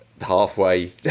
halfway